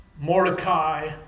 Mordecai